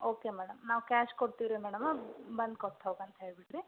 okay madam ನಾವು cash ಕೊಡ್ತಿವಿ ರೀ ಮೇಡಮ್ ಬಂದು ಕೊಟ್ಟು ಹೋಗಿ ಅಂತ ಹೇಳ್ಬಿಡಿ ರೀ